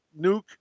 Nuke